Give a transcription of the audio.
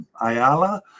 Ayala